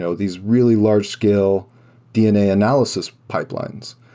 so these really large-scale dna analysis pipelines.